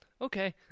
Okay